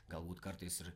galbūt kartais ir